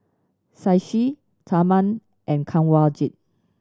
Shashi Tharman and Kanwaljit